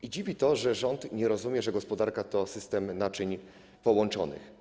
I dziwi to, że rząd nie rozumie, że gospodarka to system naczyń połączonych.